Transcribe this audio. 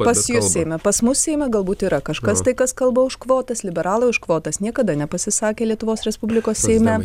pas jus eime pas mus seime galbūt yra kažkas tai kas kalba už kvotas liberalai už kvotas niekada nepasisakė lietuvos respublikos seime